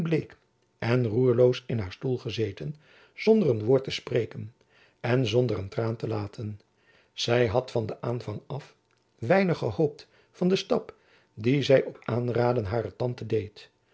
en roerloos in haar stoel gezeten zonder een woord te spreken en zonder een traan te laten zy had van den aanvang af weinig gehoopt van den stap dien zy op aanraden harer tante deed